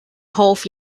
hoff